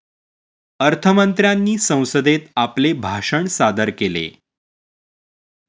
अर्थ मंत्र्यांनी संसदेत आपले भाषण सादर केले